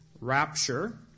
rapture